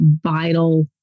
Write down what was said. vital